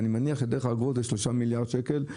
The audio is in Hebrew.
אני מניח שדרך האגרות נגבים 3 מיליארד שקל בשנה,